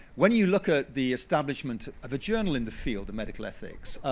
when you look at the establishment of a journal in the field of medical ethics,